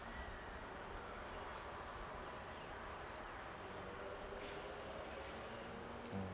mm